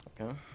Okay